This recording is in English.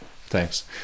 thanks